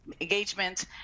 engagement